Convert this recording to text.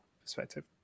perspective